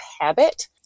habit